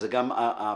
זה גם הפררוגטיבה